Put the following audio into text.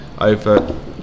over